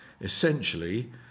essentially